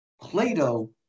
Plato